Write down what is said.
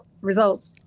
results